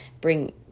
bring